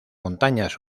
montañas